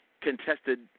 contested